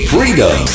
Freedom